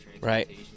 right